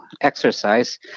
exercise